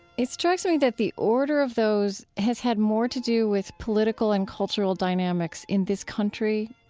it strikes me that the order of those has had more to do with political and cultural dynamics in this country,